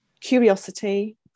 curiosity